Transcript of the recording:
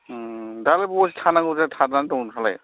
दासान्दि बहाथो थानानै दङ नोङो